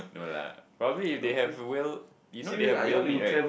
no lah probably if they have whale you know they have whale meat right